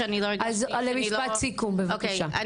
משפט סיכום בבקשה.